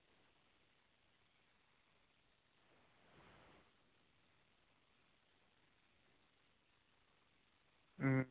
अं